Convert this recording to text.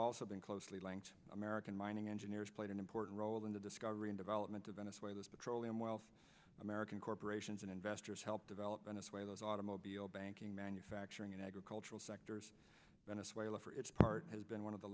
also been closely linked american mining engineers played an important role in the discovery and development of venezuela's petroleum wealth american corporations and investors helped develop venezuela's automobile banking manufacturing and agricultural sectors venezuela for its part has been one of the